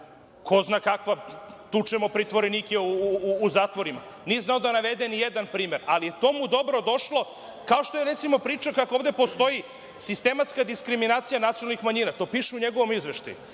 ko zna kakva, tučemo pritvorenike u zatvorima, on nije znao da navede ni jedan primer, ali to mu je dobro došlo. Kao što je, recimo, pričao kako ovde postoji sistematska diskriminacija nacionalnih manjina. To piše u njegovom izveštaju.